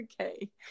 Okay